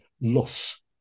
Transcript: loss